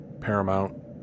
Paramount